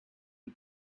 you